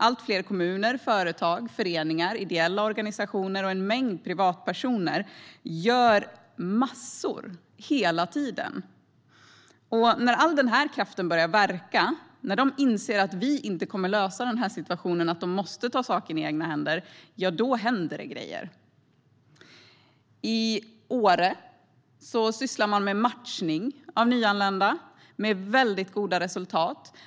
Allt fler kommuner, företag, föreningar, ideella organisationer och en mängd privatpersoner gör massor hela tiden. När all den kraften börjar verka, när de inser att vi inte kommer att lösa den här situationen utan att de måste ta saken i egna händer, då händer det saker. I Åre sysslar man med matchning av nyanlända, med väldigt goda resultat.